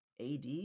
ad